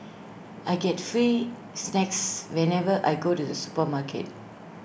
I get free snacks whenever I go to the supermarket